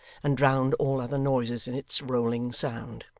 and drowned all other noises in its rolling sound.